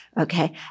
Okay